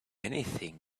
anything